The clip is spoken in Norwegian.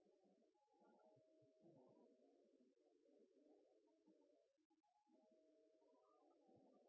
utlendingsloven om to